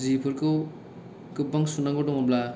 जिफोरखौ गोबबां सुनांगौ दङब्ला